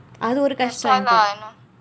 அது ஒரு கஷ்டமா இருக்கு:athu oru kashdamaa irukku